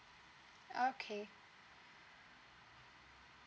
okay